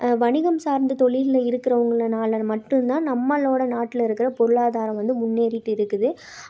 வணிகம் சார்ந்த தொழிலில் இருக்கிறவங்கனால மட்டும்தான் நம்மளோட நாட்டில் இருக்கிற பொருளாதாரம் வந்து முன்னேறிட்டு இருக்குது